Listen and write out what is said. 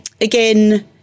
again